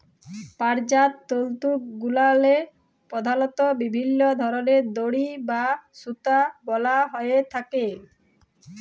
পাটজাত তলতুগুলাল্লে পধালত বিভিল্ল্য ধরলের দড়ি বা সুতা বলা হ্যঁয়ে থ্যাকে